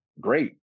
Great